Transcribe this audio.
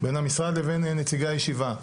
בין המשרד לבין נציגי הישיבה,